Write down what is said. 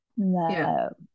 No